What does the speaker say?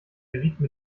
gerieten